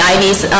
Ivy's